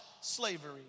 slavery